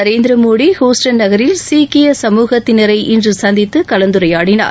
Narendra Modi Houston நகரில் சீக்கிய சமூகத்தினரை இன்று சந்தித்து கலந்துரையாடினார்